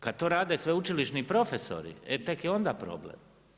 Kad to rade sveučilišni profesori, e tek je onda problem.